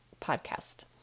podcast